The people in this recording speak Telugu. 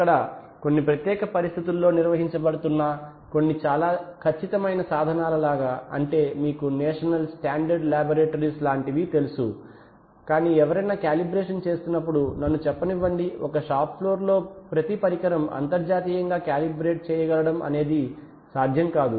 అక్కడ కొన్ని ప్రత్యేక పరిస్థితులలో నిర్వహించబడుతున్న కొన్ని చాలా ఖచ్చితమైన సాధనాల లాగా అంటే మీకు నేషనల్ స్టాండర్డ్ లాబొరేటరీస్ లాంటివి తెలుసు కాని ఎవరైనా కాలిబ్రేషన్ చేస్తున్నప్పుడు నన్ను చెప్పనివ్వండి ఒక షాప్ ఫ్లోర్ లో ప్రతి పరికరం అంతర్జాతీయంగా కాలిబ్రెట్ చేయగలడం అనేది సాధ్యం కాదు